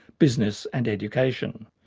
business and education.